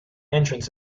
entrants